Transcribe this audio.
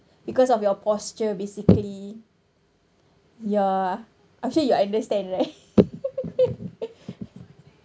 because of your posture basically ya actually you understand right